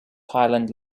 highland